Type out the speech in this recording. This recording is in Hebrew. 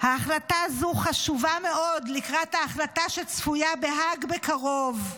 ההחלטה הזו חשובה מאוד לקראת ההחלטה שצפויה בהאג בקרוב.